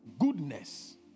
goodness